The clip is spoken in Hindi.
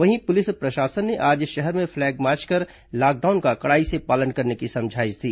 वहीं पुलिस प्रशासन ने आज शहर में फ्लैग मार्च कर लॉकडाउन का कड़ाई से पालन करने की समझाईश दी